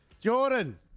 Jordan